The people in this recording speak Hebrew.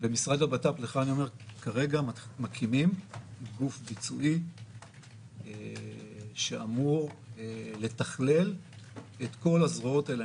במשרד הבט"פ כרגע מקימים גוף ביצועי שאמור לתכלל את כל הזרועות האלה.